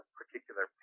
particular